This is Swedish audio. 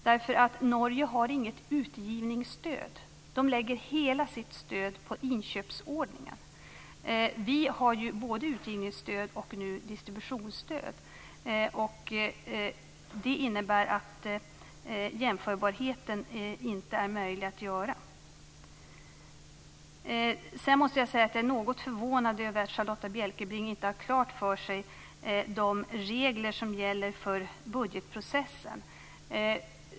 I Norge har man inget utgivningsstöd, utan man lägger hela stödet på inköp. Vi har utgivningsstöd och distributionsstöd. Det innebär att det inte är möjligt att göra en jämförelse. Jag är något förvånad över att Charlotta Bjälkebring inte har klart för sig de regler som gäller för budgetprocessen.